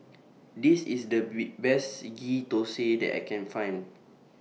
This IS The Bee Best Ghee Thosai that I Can Find